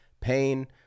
pain